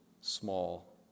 small